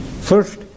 First